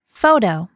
Photo